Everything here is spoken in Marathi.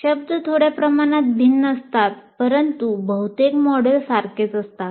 शब्द थोड्या प्रमाणात भिन्न असतात परंतु बहुतेक मॉडेल सारखेच असतात